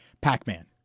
Pac-Man